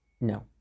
No